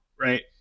Right